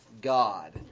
God